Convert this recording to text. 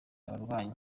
abarwanyi